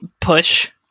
push